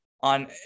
on